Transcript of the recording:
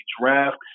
draft